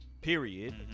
Period